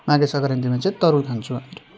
मागे सङ्क्रान्तिमा चाहिँ तरुल खान्छौँ हामीहरू